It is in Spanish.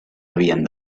habían